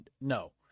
No